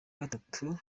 gatatu